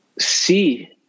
see